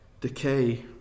decay